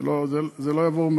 זה לא יעבור,